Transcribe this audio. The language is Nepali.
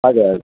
हजुर